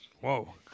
Whoa